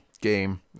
Game